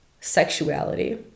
sexuality